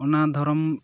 ᱚᱱᱟ ᱫᱷᱚᱨᱚᱢ